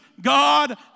God